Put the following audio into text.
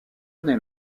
année